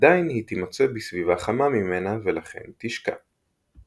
עדיין היא תימצא בסביבה חמה ממנה ולכן תשקע.